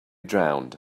drowned